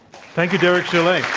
thank you, derek yeah like